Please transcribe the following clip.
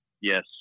Yes